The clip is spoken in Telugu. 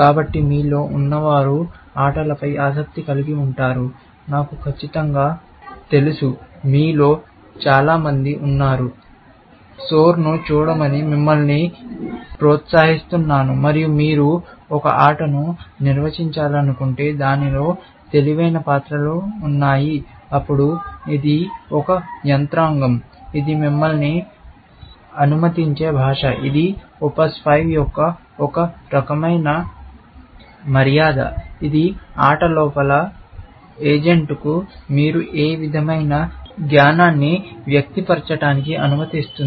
కాబట్టి మీలో ఉన్నవారు ఆటలపై ఆసక్తి కలిగి ఉంటారు నాకు ఖచ్చితంగా తెలుసు మీలో చాలామంది ఉన్నారు సోర్ను చూడమని నేను మిమ్మల్ని ప్రోత్సహిస్తాను మరియు మీరు ఒక ఆటను నిర్మించాలనుకుంటే దానిలో తెలివైన పాత్రలు ఉన్నాయి అప్పుడు ఇది ఒక యంత్రాంగం ఇది మిమ్మల్ని అనుమతించే భాష ఇది OPS5 యొక్క ఒక రకమైన మర్యాద ఇది ఆట లోపల ఏజెంట్కు మీరు ఏ విధమైన జ్ఞానాన్ని వ్యక్తపరచటానికి అనుమతిస్తుంది